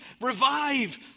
revive